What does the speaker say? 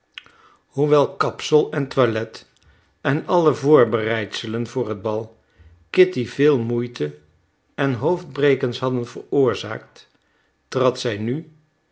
hoewel kapsel en toilet en alle voorbereidselen voor het bal kitty veel moeite en hoofdbrekens hadden veroorzaakt trad zij nu